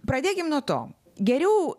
pradėkim nuo to geriau